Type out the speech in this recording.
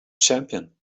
champion